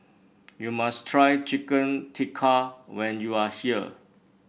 you must try Chicken Tikka when you are here